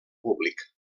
públic